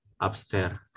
upstairs